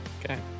Okay